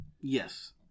Yes